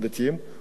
לא הולכים לצבא.